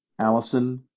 Allison